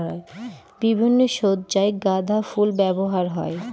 বিভিন্ন সজ্জায় গাঁদা ফুল ব্যবহার হয়